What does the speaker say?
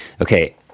Okay